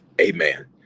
amen